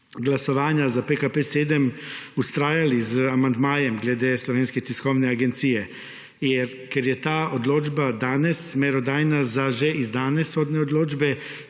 glasovanja za PKP 7 vztrajali z amandmajem glede Slovenske tiskovne agencije, je, ker je ta odločba danes merodajna za že izdane sodne odločbe